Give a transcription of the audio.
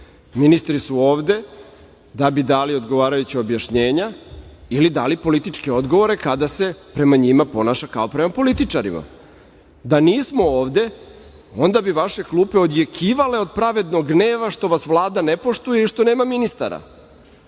Ministri su ovde da bi dali odgovarajuća objašnjenja ili dali političke odgovore kada se prema njima ponaša kao prema političarima. Da nismo ovde, onda bi vaše klupe odjekivale od pravednog gneva što vas Vlada ne poštuje i što nema ministara.